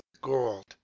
gold